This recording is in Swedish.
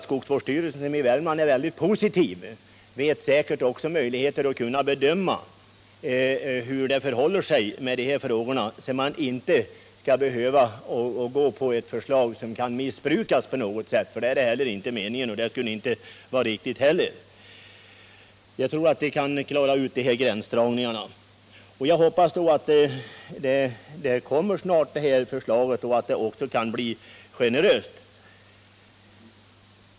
Skogsvårdsstyrelsen i Värmland är väldigt positivt inställd och kan säkert också bedöma skäligheten av avdrag i de här frågorna, så att man inte skall behöva gå på ett förslag som kan missbrukas på något sätt. Det är inte meningen, och det skulle inte heller vara riktigt. Jag tror att vi kan klara ut de här gränsdragningarna. Jag hoppas att förslaget snart kommer och att det också kan bli generöst.